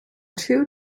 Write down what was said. two